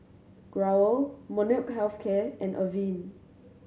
Growell Molnylcke Health Care and Avene